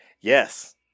Yes